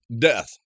death